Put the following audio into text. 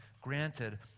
granted